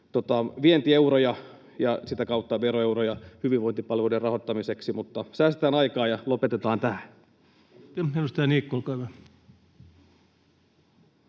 vientieuroja ja sitä kautta veroeuroja hyvinvointipalveluiden rahoittamiseksi. Mutta säästetään aikaa ja lopetetaan tähän.